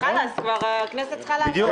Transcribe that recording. מספיק , הכנסת צריכה לעבוד.